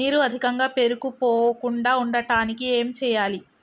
నీరు అధికంగా పేరుకుపోకుండా ఉండటానికి ఏం చేయాలి?